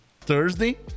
Thursday